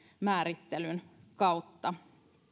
määrittelyn kautta